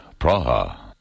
Praha